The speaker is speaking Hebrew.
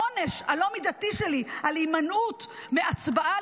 העונש הלא-מידתי שלי על הימנעות מהצבעה